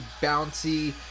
bouncy